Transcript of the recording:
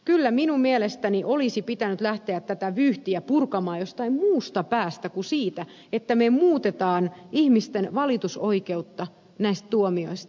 kyllä minun mielestäni olisi pitänyt lähteä tätä vyyhtiä purkamaan jostain muusta päästä kuin siitä että me muutamme ihmisten valitusoikeutta näistä tuomioista